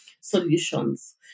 solutions